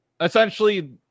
Essentially